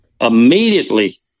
immediately